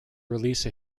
release